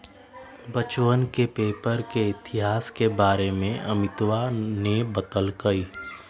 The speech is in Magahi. बच्चवन के पेपर के इतिहास के बारे में अमितवा ने बतल कई